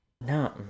No